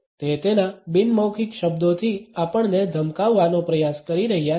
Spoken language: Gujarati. તે તેના બિન મૌખિક શબ્દોથી આપણને ધમકાવવાનો પ્રયાસ કરી રહ્યા છે